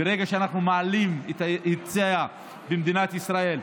ברגע שאנחנו מעלים את ההיצע במדינת ישראל,